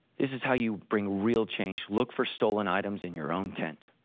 this is how you bring real change look for stolen items in your own tent.